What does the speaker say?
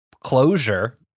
closure